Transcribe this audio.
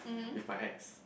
with my ex